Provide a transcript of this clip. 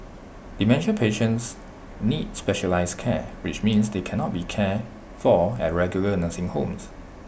dementia patients need specialised care which means they cannot be cared for at regular nursing homes